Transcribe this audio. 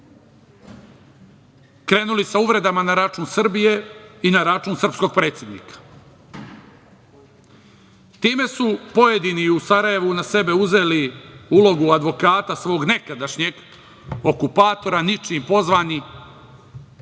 krenuli sa uvredama na račun Srbije i na račun srpskog predsednika. Time su pojedini i u Sarajevu na sebe uzeli ulogu advokata svog nekadašnjeg okupatora, ničim pozvani